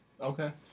Okay